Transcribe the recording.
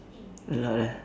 a lot ah